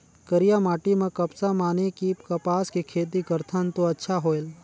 करिया माटी म कपसा माने कि कपास के खेती करथन तो अच्छा होयल?